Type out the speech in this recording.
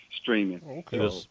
streaming